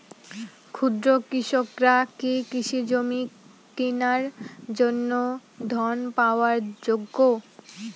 ক্ষুদ্র কৃষকরা কি কৃষিজমি কিনার জন্য ঋণ পাওয়ার যোগ্য?